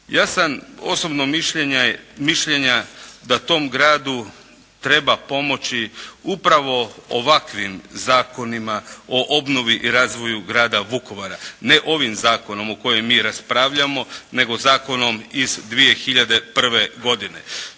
Ja sam osobno mišljenja da tom gradu treba pomoći upravo ovakvim zakonima o obnovi i razvoju grada Vukovara, ne ovim zakonom o kojem mi raspravljamo nego zakonom iz 2001. godine.